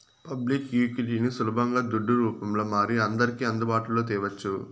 public ఈక్విటీని సులబంగా దుడ్డు రూపంల మారి అందర్కి అందుబాటులో తేవచ్చు